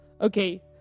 okay